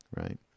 right